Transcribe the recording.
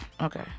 okay